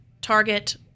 target